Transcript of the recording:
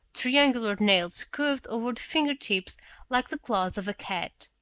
triangular nails curved over the fingertips like the claws of a cat.